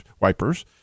wipers